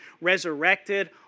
resurrected